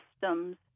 systems